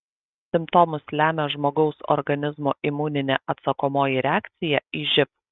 simptomus lemia žmogaus organizmo imuninė atsakomoji reakcija į živ